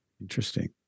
Interesting